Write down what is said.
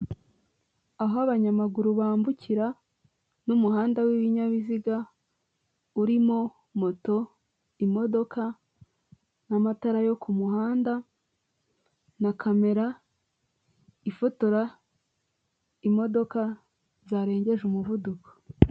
Aho abanyamaguru bambukira, n'umuhanda w'ibinyabiziga, urimo moto, imodoka, n'amatara yo kumuhanda, na kamera ifotora imodoka zarengeje umuvuduko.